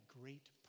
great